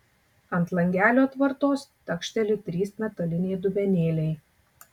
ant langelio atvartos takšteli trys metaliniai dubenėliai